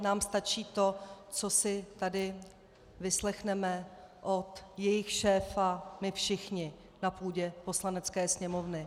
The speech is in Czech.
Nám stačí to, co si tady vyslechneme od jejich šéfa my všichni na půdě Poslanecké sněmovny.